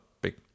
big